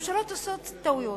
ממשלות עושות טעויות,